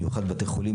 במיוחד בבתי חולים,